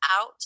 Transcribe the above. out